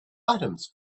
items